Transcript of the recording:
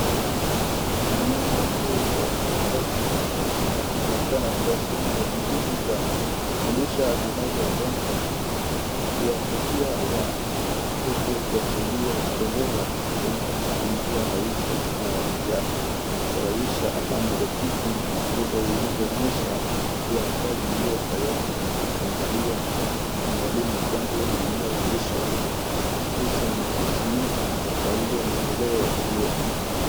Kuna namba juu ya karatasi inaonekana kuwa sehemu ya jimu ya lisha zinazolengwa kuwafikia watoto kuwasaidia kuelewa masomo kwa njia rahisi na ya kufurahisha alama ya dhiki na makosa zilizoonyesha kuwa kazi hiyo tayari imkangalia walimu jambo linaloonyesha usemizi wa karibu maendeleo.